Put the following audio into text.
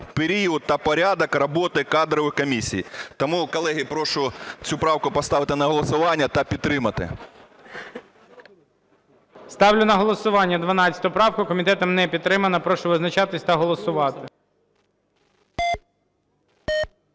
період та порядок роботи кадрових комісій. Тому, колеги, прошу цю правку поставити на голосування та підтримати. ГОЛОВУЮЧИЙ. Ставлю на голосування 12 правку. Комітетом не підтримана. Прошу визначатись та голосувати.